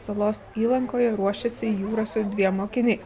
salos įlankoje ruošias į jūra su dviem mokiniais